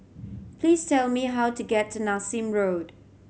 please tell me how to get to Nassim Road